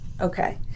Okay